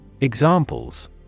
Examples